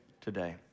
today